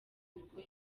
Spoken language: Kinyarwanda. nibwo